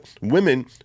women